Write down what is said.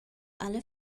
alla